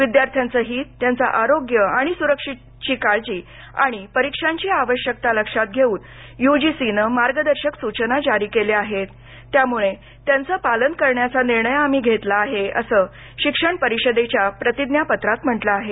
विद्यार्त्यांचं हित त्यांचं आरोग्य आणि सुरक्षेची काळजी आणि परिक्षांची आवश्यकता लक्षात घेऊनच युजीसीनं मार्गदर्शक सूचना जारी केल्या आहेत त्यामुळे त्यांचं पालन करण्याचा निर्णय आम्ही घेतला आहे असं शिक्षण परिषदेच्या प्रतिज्ञापत्रात म्हटलं आहे